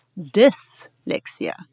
dyslexia